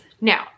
Now